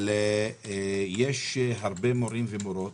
אבל יש הרבה מורים ומורות